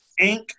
Inc